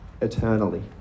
eternally